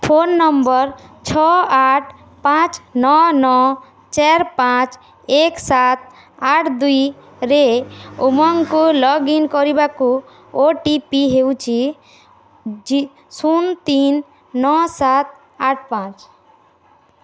phone number ଛଅ ଆଠ ପାଞ୍ଚ ନଅ ନଅ ଚାରି ପାଞ୍ଚ ଏକ ସାତ ଆଠ ଦୁଇରେ ଉମଙ୍ଗକୁ ଲଗ୍ଇନ୍ କରିବାକୁ ଓ ଟି ପି ହେଉଛି ଜି ଶୂନ ତିନ ନଅ ସାତ ଆଠ ପାଞ୍ଚ